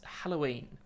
Halloween